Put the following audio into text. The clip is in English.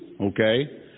okay